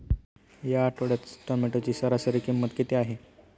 या आठवड्यात टोमॅटोची सरासरी किंमत किती आहे?